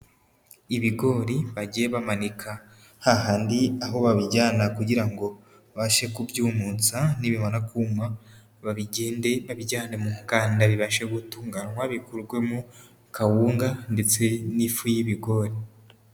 Ibigori bagiye bamanika hahandi aho babijyana kugira ngo babashe kubyumutsa, nibimara kuma babigende, babijyane mu nganda bibashe gutunganywa, bikurwemo kawunga ndetse n'ifu y'ibigori.